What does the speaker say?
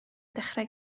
dechrau